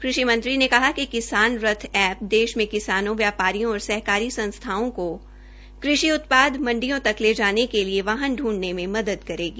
कृषि मंत्री ने कहा कि किसान रथ एप्प देश में किसानों व्यापारियों और सहकारी संस्थाओं को कृषि उत्पाद मंडियों तक ले जाने के लिए वाहन ्रूं ने में मदद करेगी